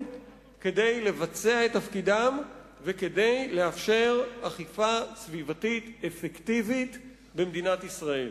כדי לבצע את תפקידם וכדי לאפשר אכיפה סביבתית אפקטיבית במדינת ישראל.